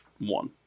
one